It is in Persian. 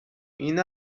این